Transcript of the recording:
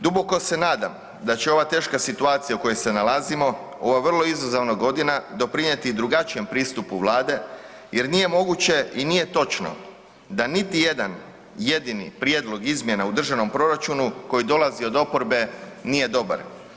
Duboko se nadam da će ova teška situacija u kojoj se nalazimo, ova vrlo izazovna godina doprinijeti drugačijem pristupu Vlada jer nije moguće i nije točno da niti jedan jedini prijedlog izmjena u državnom proračunu koji dolazi od oporbe nije dobar.